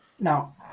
now